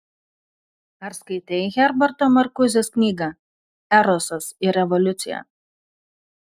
ar skaitei herberto markuzės knygą erosas ir revoliucija